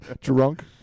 Drunk